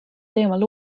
teemal